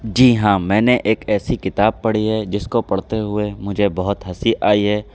جی ہاں میں نے ایک ایسی کتاب پڑھی ہے جس کو پڑھتے ہوئے مجھے بہت ہنسی آئی ہے